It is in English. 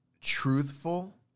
truthful